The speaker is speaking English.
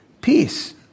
Peace